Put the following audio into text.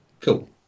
Cool